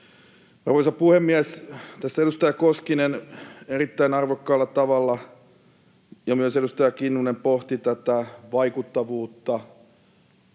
Arvoisa puhemies! Tässä edustaja Koskinen erittäin arvokkaalla tavalla, ja myös edustaja Kinnunen, pohti tätä vaikuttavuutta